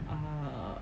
uh